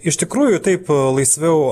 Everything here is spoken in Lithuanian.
iš tikrųjų taip laisviau